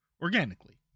organically